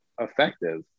effective